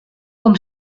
com